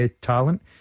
talent